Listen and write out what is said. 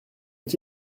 est